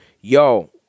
yo